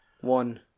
one